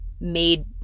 made